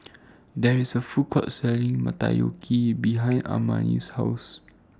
There IS A Food Court Selling Motoyaki behind Amani's House